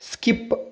skip